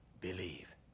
believe